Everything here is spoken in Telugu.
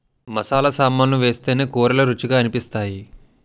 మసాలా సామాన్లు వేస్తేనే కూరలు రుచిగా అనిపిస్తాయి